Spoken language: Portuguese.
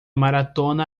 maratona